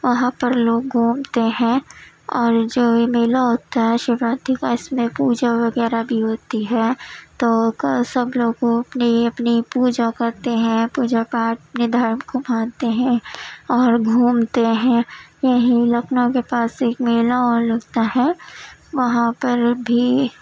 وہاں پر لوگ گھومتے ہیں اور جو یہ میلہ ہوتا ہے شیوراتری کا اس میں پوجا وغیرہ بھی ہوتی ہے تو سب لوگ وہ اپنی اپنی پوجا کرتے ہیں پوجا کا اپنے دھرم کو مانتے ہیں اور گھومتے ہیں یہیں لکھنؤ کے پاس ایک میلہ اور لگتا ہے وہاں پر بھی